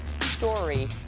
story